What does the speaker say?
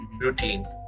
routine